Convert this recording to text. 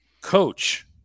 coach